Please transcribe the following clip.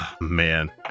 Man